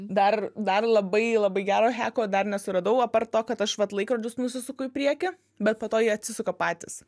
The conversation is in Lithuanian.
dar dar labai labai gero heko dar nesuradau apart to kad aš vat laikrodžius nusisuku į priekį bet po to jie atsisuka patys